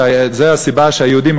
שזו הסיבה שהיהודים,